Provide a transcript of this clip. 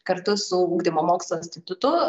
kartu su ugdymo mokslų institutu